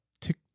tick